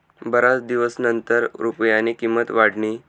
बराच दिवसनंतर रुपयानी किंमत वाढनी